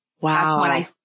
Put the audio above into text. Wow